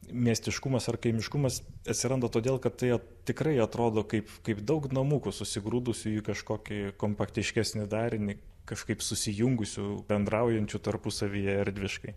miestiškumas ar kaimiškumas atsiranda todėl kad tai tikrai atrodo kaip kaip daug namukų susigrūdusių į kažkokį kompaktiškesnį darinį kažkaip susijungusių bendraujančių tarpusavyje erdviškai